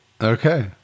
Okay